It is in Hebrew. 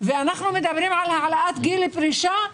ואנחנו מדברים על העלאת גיל הפרישה,